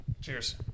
Cheers